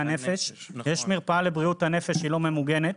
ישנה מרפאה לבריאות נפש שהיא לא ממוגנת.